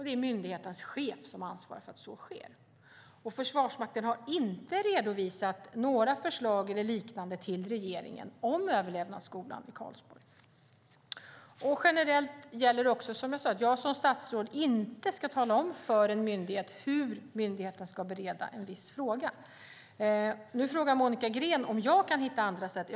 Det är myndighetens chef som ansvarar för att så sker. Försvarsmakten har inte redovisat några förslag eller liknande till regeringen om Överlevnadsskolan i Karlsborg. Generellt gäller också att jag som statsråd inte ska tala om för en myndighet hur myndigheten ska bereda en viss fråga. Nu frågar Monica Green om jag kan hitta andra sätt.